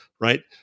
right